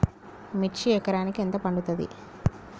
మిర్చి ఎకరానికి ఎంత పండుతది?